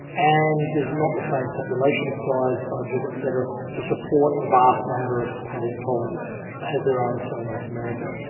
and there's not the same population size, budget et cetera, to support a vast number of palaeontologists, as there are in, say, north america.